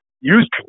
use